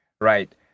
right